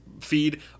feed